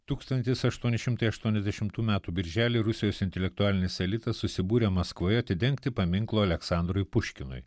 tūkstantis aštuoni šimtai aštuoniasdešimtų metų birželį rusijos intelektualinis elitas susibūrė maskvoje atidengti paminklo aleksandrui puškinui